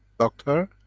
dr.